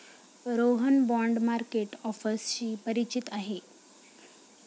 Rohan bond market ऑफर्सशी परिचित आहे